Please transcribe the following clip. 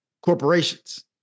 corporations